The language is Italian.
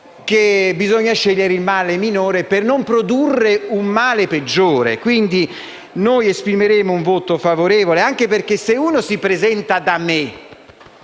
che bisogna scegliere il male minore per non produrre un male peggiore. Quindi noi esprimeremo un voto favorevole, anche perché se uno si presenta da me